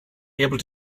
able